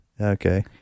Okay